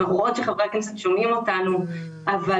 אנחנו רואות שחברי הכנסת שומעים אותנו אבל